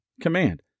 command